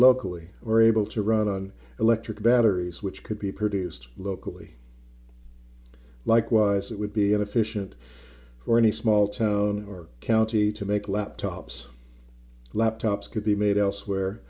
locally or able to run on electric batteries which could be produced locally likewise it would be inefficient for any small town or county to make laptops laptops could be made elsewhere